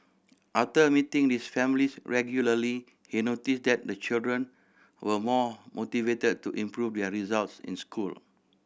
after meeting these families regularly he noticed that the children were more motivated to improve their results in school